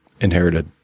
inherited